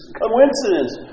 coincidence